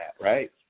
right